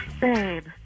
Babe